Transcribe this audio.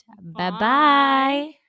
Bye-bye